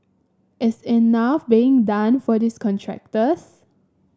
is enough being done for these contractors